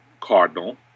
cardinal